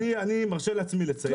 אני מרשה לעצמי לציין.